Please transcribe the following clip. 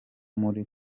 muri